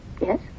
Yes